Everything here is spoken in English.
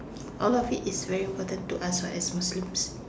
all of it is very important to us what as Muslims